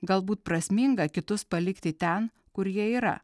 galbūt prasminga kitus palikti ten kur jie yra